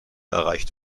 erreicht